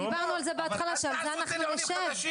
דיברנו על זה בהתחלה שעל זה אנחנו נשב.